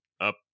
up